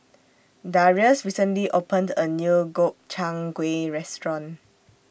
Darius recently opened A New Gobchang Gui Restaurant